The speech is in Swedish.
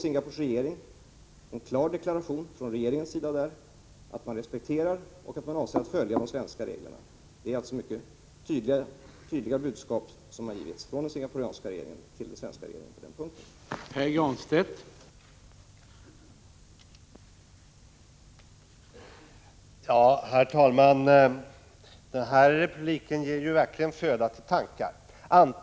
Singapores regering har då klart deklarerat att den respekterar och avser att följa de svenska reglerna. Det är alltså mycket tydliga budskap som har lämnats från den singaporianska regeringen till den svenska regeringen på den punkten.